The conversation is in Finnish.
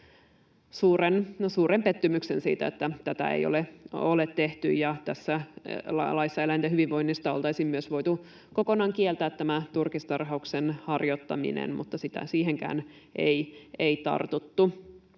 suuren pettymyksen siitä, että tätä ei ole tehty. Tässä laissa eläinten hyvinvoinnista oltaisiin myös voitu kokonaan kieltää tämä turkistarhauksen harjoittaminen, mutta siihenkään ei tartuttu.